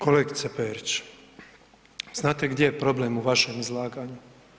Kolegice Perić, znate gdje je problem u vašem izlaganju?